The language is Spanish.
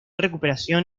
recuperación